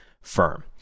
firm